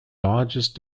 largest